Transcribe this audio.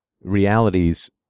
realities